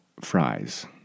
fries